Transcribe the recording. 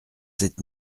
sept